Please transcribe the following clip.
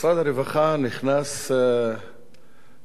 משרד הרווחה נכנס לפעולה